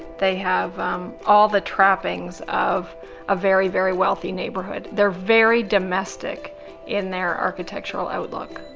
they have um all the trappings of a very very wealthy neighborhood. they're very domestic in their architectural outlook.